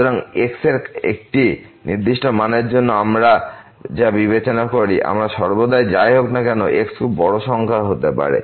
সুতরাংx এরএকটি নির্দিষ্ট মানের জন্য আমরা যা বিবেচনা করি আমরা সর্বদা যাই হোক না কেন x খুব বড় সংখ্যা হতে পারি